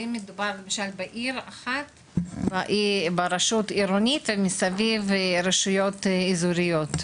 ואם מדובר בעיר אחת ברשות עירונית ומסביב רשויות אזוריות?